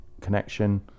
connection